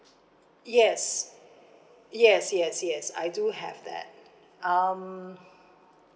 yes yes yes yes I do have that um